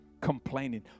complaining